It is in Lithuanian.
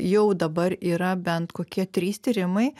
jau dabar yra bent kokie trys tyrimai